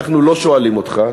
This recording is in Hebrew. אנחנו לא שואלים אותך,